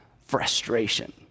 frustration